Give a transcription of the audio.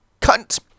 cunt